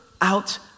out